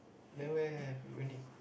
then where have the Wendy